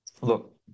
look